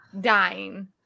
dying